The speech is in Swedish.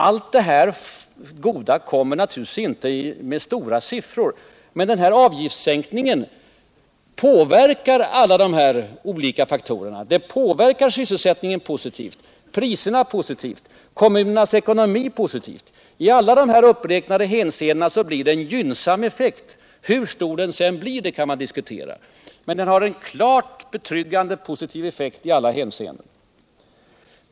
Allt detta goda kommer naturligtvis inte att ge några stora siffror, men avgiftssänkningen påverkar alla de olika faktorerna: sysselsättningen, priserna, kommunernas ekonomi-— i alla de uppräknade hänseendena blir det en gynnsam effekt. Hur stor denna effekt blir kan man diskutera, men det blir en klart betryggande positiv verkan i alla hänseenden.